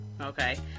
okay